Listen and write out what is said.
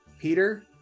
Peter